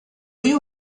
you